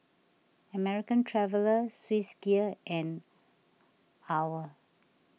American Traveller Swissgear and Owl